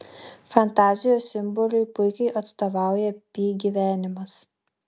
fantazijos simboliui puikiai atstovauja pi gyvenimas